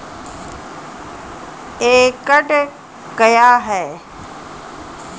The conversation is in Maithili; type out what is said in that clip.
एकड कया हैं?